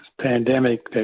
pandemic